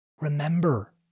Remember